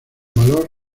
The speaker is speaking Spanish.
valor